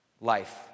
Life